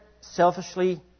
selfishly